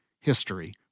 history